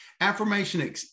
affirmation